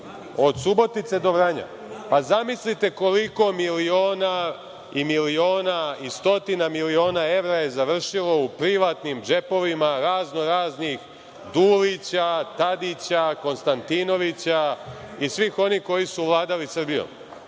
od Subotice do Vranja. Pa zamislite koliko miliona i miliona i stotina miliona evra je završilo u privatnim džepovima raznoraznih Dulića, Tadića, Konstantinovića i svih onih koji su vladali Srbijom.